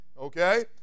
okay